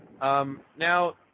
Now